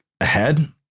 ahead